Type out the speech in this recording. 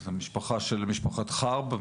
משפחת חארב,